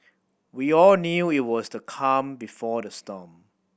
we all knew if it was the calm before the storm